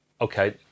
okay